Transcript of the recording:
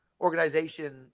organization